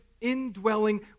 indwelling